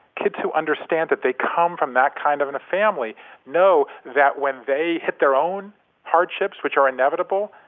kids who understand that they come from that kind of and a family know that when they hit their own hardships, which are inevitable,